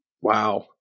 Wow